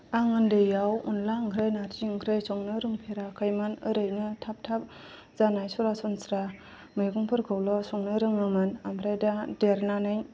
आं उन्दैयाव अनद्ला ओंख्रि नारजि ओंख्रि संनो रोंफेराखैमोन ओरैनो थाब थाब जानाय सरासनस्रा मैगंफोरखौल' संनो रोङोमोन ओमफ्राय दा देरनानै